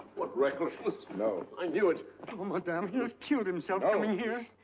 what recklessness! no. i knew it! oh madame, he has killed himself coming here!